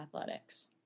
athletics